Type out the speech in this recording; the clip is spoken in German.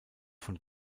von